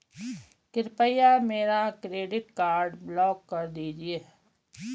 कृपया मेरा credit card block कर दीजिए